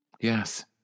Yes